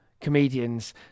comedians